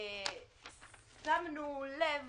שמנו לב